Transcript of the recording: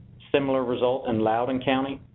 similar result in loudon county.